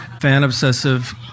fan-obsessive